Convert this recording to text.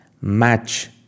match